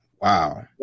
Wow